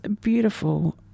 beautiful